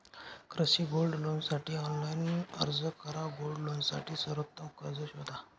कृषी गोल्ड लोनसाठी ऑनलाइन अर्ज करा गोल्ड लोनसाठी सर्वोत्तम कर्ज शोधा